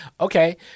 okay